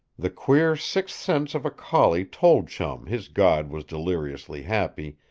the queer sixth sense of a collie told chum his god was deliriously happy,